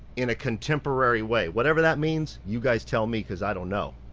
in a contemporary way, whatever that means. you guys tell me, because i don't know.